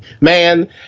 man